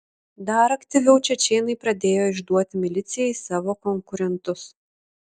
dar aktyviau čečėnai pradėjo išduoti milicijai savo konkurentus